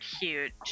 huge